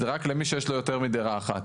זה רק למי שיש לו יותר מדירה אחת.